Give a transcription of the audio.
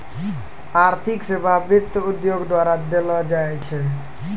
आर्थिक सेबा वित्त उद्योगो द्वारा देलो जाय छै